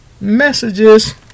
messages